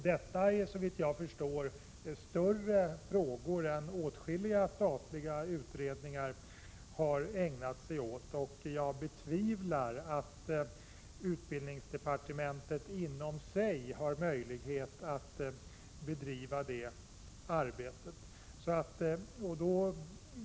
Detta är, såvitt jag förstår, större frågor än åtskilliga statliga utredningar har ägnat sig åt. Jag betvivlar att utbildningsdepartementet inom sig har möjlighet att bedriva arbetet på detta område.